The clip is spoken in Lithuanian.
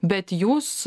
bet jūs